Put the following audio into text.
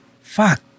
Fuck